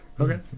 Okay